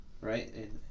right